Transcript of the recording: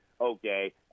okay